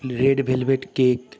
red velvet cake